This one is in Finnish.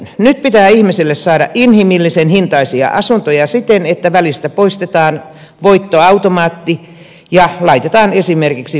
nyt pitää ihmisille saada inhimillisen hintaisia asuntoja siten että välistä poistetaan voittoautomaatti ja laitetaan esimerkiksi vuokrakatto